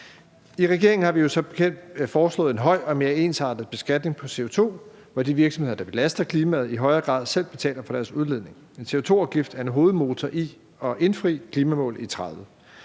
I regeringen har vi jo som bekendt foreslået en høj og mere ensartet beskatning på CO2, hvor de virksomheder, der belaster klimaet, i højere grad selv betaler for deres udledning. En CO2-afgift er en hovedmotor i at indfri klimamålet i 2030.